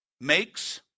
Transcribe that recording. makes